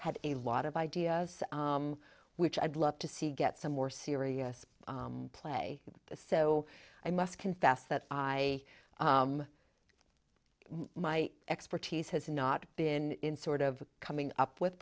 had a lot of ideas which i'd love to see get some more serious play is so i must confess that i am my expertise has not been in sort of coming up with